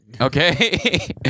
Okay